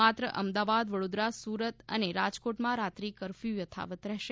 માત્ર અમદાવાદ વડોદરા સુરત અને રાજકોટમાં રાત્રિ કર્ફયુ યથાવત રહેશે